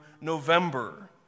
November